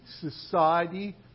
society